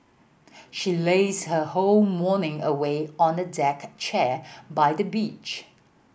she lazed her whole morning away on a deck chair by the beach